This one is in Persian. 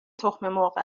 تخممرغ